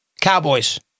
Cowboys